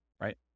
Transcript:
right